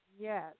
Yes